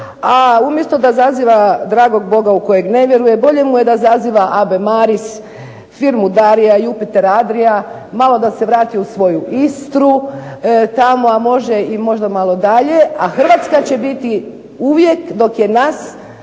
a umjesto da zaziva dragog Boga u kojeg ne vjeruje bolje mu je da zaziva AB MARIS, firmu DARIA i JUPITER ADRIA, malo da se vrati u svoju Istru tamo može, i možda malo dalje, a Hrvatska će biti uvijek dok je nas,